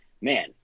man